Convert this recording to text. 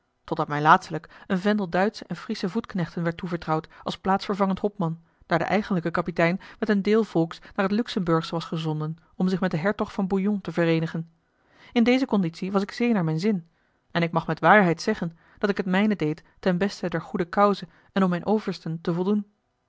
totdat mij laatstelijk een vendel duitsche en friesche voetknechten werd toevertrouwd als plaatsvervangend hopman daar de eigenlijke kapitein met een deel volks naar het luxemburgsche was gezonden om zich met den hertog van bouillon te vereenigen in deze conditie was ik zeer naar mijn zin en ik mag met waarheid zeggen dat ik het mijne deed ten beste der goede cause en om mijne oversten te voldoen